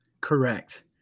Correct